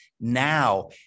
now